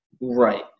Right